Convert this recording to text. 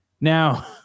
now